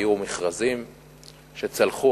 היו מכרזים שצלחו,